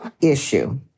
issue